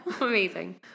amazing